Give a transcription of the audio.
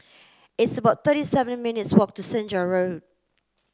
it's about thirty seven minutes walk to Senja Road